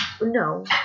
No